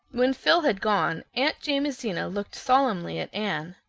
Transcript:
when phil had gone aunt jamesina looked solemnly at anne.